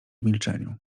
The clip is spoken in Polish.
milczeniu